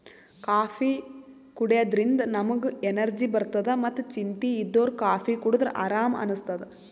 coffee ಕುಡ್ಯದ್ರಿನ್ದ ನಮ್ಗ್ energy ಬರ್ತದ್ ಮತ್ತ್ ಚಿಂತಿ ಇದ್ದೋರ್ ಕಾಫೀ ಕುಡದ್ರ್ ಆರಾಮ್ ಅನಸ್ತದ್